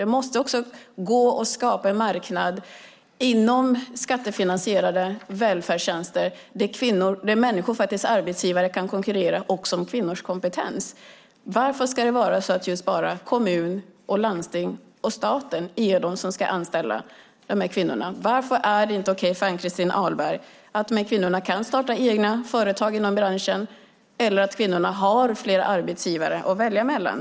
Det måste gå att skapa en marknad inom skattefinansierade välfärdstjänster där arbetsgivare kan konkurrera om kvinnors kompetens. Varför ska det bara vara kommun, landsting och staten som ska anställa de här kvinnorna? Varför är det inte okej för Ann-Christin Ahlberg att kvinnor kan starta egna företag inom branschen eller att kvinnor har flera arbetsgivare att välja mellan?